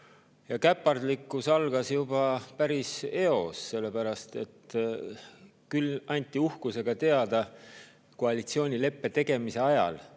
Aga käpardlikkus algas juba päris eos, kuigi anti küll uhkusega teada koalitsioonileppe tegemise ajal,